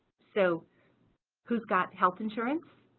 so who's got health insurance?